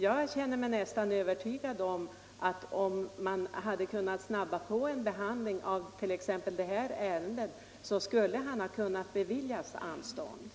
Jag känner mig övertygad om att ifall man hade kunnat få en snabbare handläggning av det refererade ärendet så skulle vederbörande ha kunnat beviljas anstånd.